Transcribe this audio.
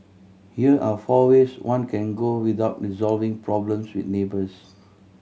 here are four ways one can go without resolving problems with neighbours